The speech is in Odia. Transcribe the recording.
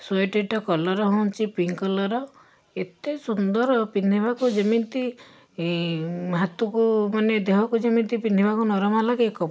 ସ୍ୱେଟରଟା କଲର୍ ହେଉଛି ପିଙ୍କ କଲର୍ ଏତେ ସୁନ୍ଦର ପିନ୍ଧିବାକୁ ଯେମିତି ଏଇ ହାତକୁ ମାନେ ଦେହକୁ ଯେମିତି ପିନ୍ଧିବାକୁ ନରମ ଲାଗେ